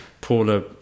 paula